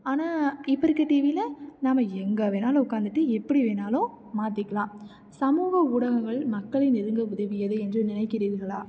ஆனால் இப்போ இருக்க டிவியில் நாம் எங்கே வேணுனாலும் உக்கார்ந்துட்டு எப்படி வேணுனாலும் மாற்றிக்கலாம் சமூக ஊடகங்கள் மக்களை நெருங்க உதவியது என்று நினைக்கிறீர்களா